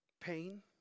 pain